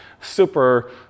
super